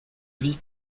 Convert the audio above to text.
vie